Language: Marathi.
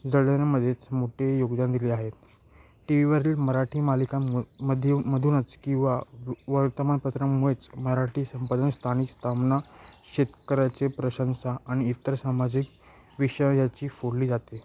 जडण्यामध्येच मोठे योगदान दिले आहेत टी व्हीवरील मराठी मालिकांम मधूनच किंवा वर्तमानपत्रांमुळेच मराठी संपादन स्थानिक स्थापना शेतकऱ्याचे प्रशंसा आणि इतर सामाजिक विषयाची फोडली जाते